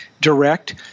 direct